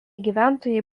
gyventojai